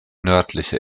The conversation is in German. nördliche